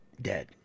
dead